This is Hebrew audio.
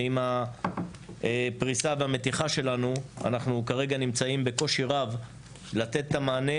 ועם הפריסה והמתיחה שלנו אנחנו כרגע נמצאים בקושי רב לתת את המענה